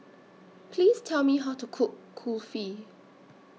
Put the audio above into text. Please Tell Me How to Cook Kulfi